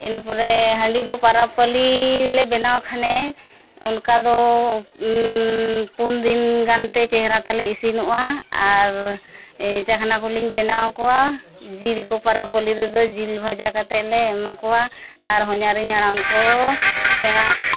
ᱤᱱᱟᱹ ᱯᱚᱨᱮ ᱦᱟᱺᱰᱤ ᱫᱚ ᱯᱚᱨᱚᱵᱽ ᱯᱟᱹᱞᱤ ᱨᱮᱞᱮ ᱵᱮᱱᱣ ᱠᱷᱟᱱᱮ ᱚᱱᱠᱟ ᱫᱚ ᱯᱩᱱ ᱫᱤᱱ ᱜᱟᱱ ᱛᱮ ᱪᱮᱦᱨᱟ ᱛᱟᱞᱮ ᱤᱥᱤᱱᱚᱜᱼᱟ ᱟᱨ ᱪᱟᱠᱷᱱᱟ ᱠᱚᱞᱤᱧ ᱵᱮᱱᱟᱣ ᱟᱠᱚᱣᱟ ᱡᱤᱞ ᱠᱚ ᱯᱚᱨᱚᱵᱽ ᱯᱟᱹᱞᱤ ᱨᱮᱫᱚ ᱡᱤᱞ ᱵᱷᱟᱡᱟ ᱠᱟᱛᱮᱫ ᱞᱮ ᱮᱢᱟ ᱠᱚᱣᱟ ᱟᱨ ᱦᱚᱧᱦᱟᱨᱤᱧ ᱦᱟᱲᱟᱢ ᱫᱚ ᱥᱮᱬᱟ